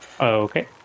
Okay